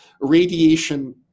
radiation